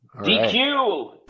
DQ